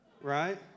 Right